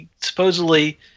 supposedly